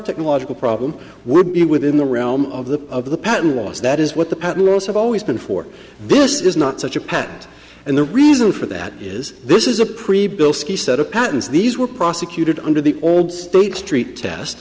technological problem would be within the realm of the of the patent laws that is what the patent laws have always been for this is not such a patent and the reason for that is this is a pre built ski set of patents these were prosecuted under the old state street test